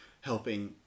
helping